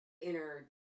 inner